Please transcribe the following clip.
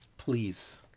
Please